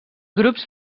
grups